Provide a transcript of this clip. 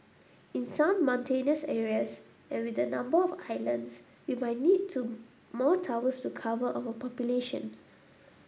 in some mountainous areas and with the number of islands we might need to more towers to cover our population